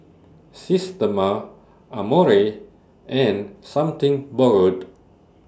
Systema Amore and Something Borrowed